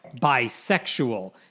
bisexual